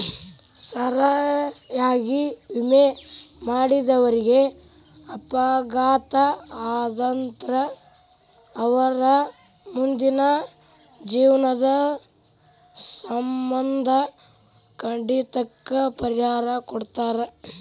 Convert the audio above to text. ಸರಿಯಾಗಿ ವಿಮೆ ಮಾಡಿದವರೇಗ ಅಪಘಾತ ಆತಂದ್ರ ಅವರ್ ಮುಂದಿನ ಜೇವ್ನದ್ ಸಮ್ಮಂದ ಕಡಿತಕ್ಕ ಪರಿಹಾರಾ ಕೊಡ್ತಾರ್